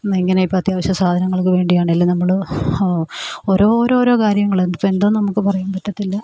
ഇന്നിങ്ങനെ ഇപ്പോൾ അത്യാവശ്യ സാധനങ്ങൾക്ക് വേണ്ടിയാണേെങ്കിലും നമ്മൾ ഓരോ ഓരോരോ കാര്യങ്ങൾ ഇതിപ്പോൾ എന്താണെന്ന് നമുക്ക് പറയാൻ പറ്റത്തില്ല